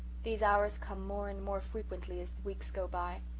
these hours come more and more frequently as the weeks go by.